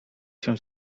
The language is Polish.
się